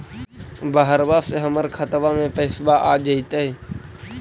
बहरबा से हमर खातबा में पैसाबा आ जैतय?